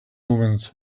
omens